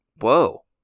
whoa